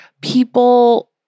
people